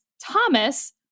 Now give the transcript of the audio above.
Thomas